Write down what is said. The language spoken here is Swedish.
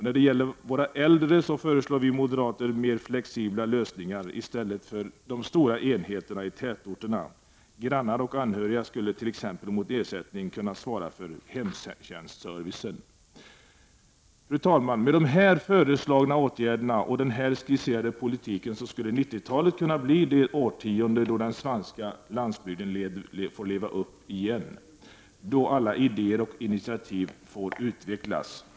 När det gäller våra äldre föreslår vi moderater mer flexibla lösningar i stället för de stora enheterna i tätorterna. Grannar och anhöriga skulle t.ex. mot ersättning kunna svara för hemtjänstservicen. Fru talman! Med de här föreslagna åtgärderna och den här skisserade politiken skulle 90-talet kunna bli det årtionde då den svenska landsbygden får leva upp igen, då alla idéer och initiativ får utvecklas.